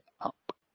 up